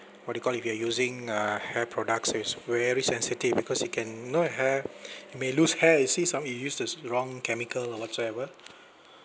what do you call if you're using uh hair products is very sensitive because it can you know your hair you may lose hair you see some they use this wrong chemical or whatsoever